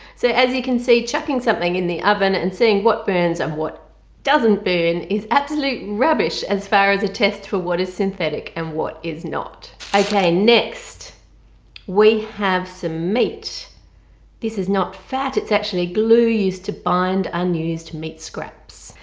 so as you can see chucking something in the oven and seeing what burns on what doesn't burn is absolute rubbish as far as the tests for what is synthetic and what is not. okay next we have some meat this is not fat it's actually glue used to bind unused meat scraps.